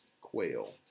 quail